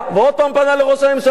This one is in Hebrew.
ועוד פעם פנה לראש הממשלה,